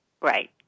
Right